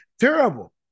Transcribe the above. terrible